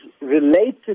related